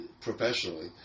professionally